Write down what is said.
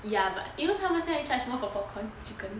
ya 他们现在 charge more for popcorn chicken